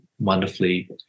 wonderfully